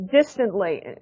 distantly